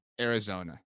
Arizona